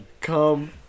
Come